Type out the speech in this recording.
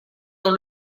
dans